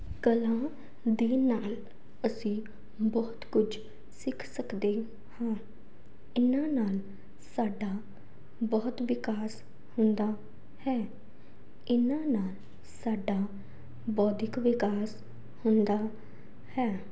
ਕਲਾ ਦੇ ਨਾਲ ਅਸੀਂ ਬਹੁਤ ਕੁਝ ਸਿੱਖ ਸਕਦੇ ਹਾਂ ਇਹਨਾਂ ਨਾਲ ਸਾਡਾ ਬਹੁਤ ਵਿਕਾਸ ਹੁੰਦਾ ਹੈ ਇਹਨਾਂ ਨਾਲ ਸਾਡਾ ਬੌਧਿਕ ਵਿਕਾਸ ਹੁੰਦਾ ਹੈ